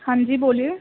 ہانجی بولیے